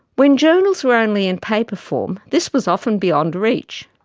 when journals were only in paper form, this was often beyond reach.